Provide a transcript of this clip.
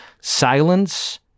Silence